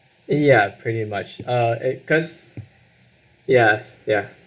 yeah pretty much uh eh cause ya ya